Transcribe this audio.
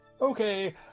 Okay